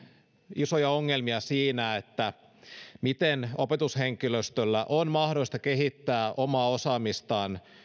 isoja ongelmia siinä miten opetushenkilöstön on mahdollista kehittää omaa osaamistaan